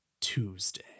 Tuesday